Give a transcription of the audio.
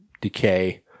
decay